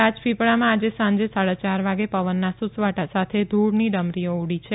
રાજપીપળામાં આજે સાંજે સાડા યાર વાગે પવનના સુસવાટા સાથે ધુળની ડમરીઓ ઉડી છે